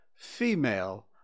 female